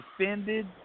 offended